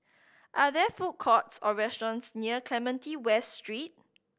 are there food courts or restaurants near Clementi West Street